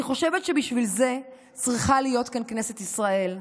אני חושבת שבשביל זה צריכה להיות כאן כנסת ישראל,